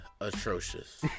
atrocious